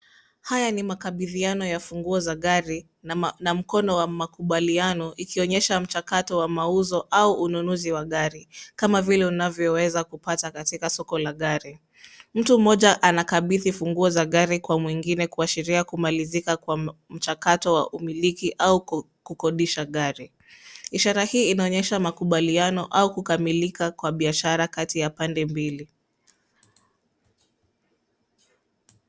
Haya ni makabidhiano ya funguo za gari na mkono wa makubaliano ikionyesha mchakato wa mauzo au ununuzi wa gari kama vile unavyoweza kupata katika soko la gari, mtu mmoja anakabidhi funguo za gari kwa mwingine kuashiria kumalizika kwa mchakato wa umiliki au kukodisha gari ,ishara hii inaonyesha makubaliano au kukamilika kwa biashara kati ya pande mbili.